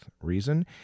Reason